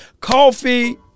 Coffee